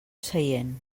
seient